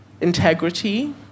integrity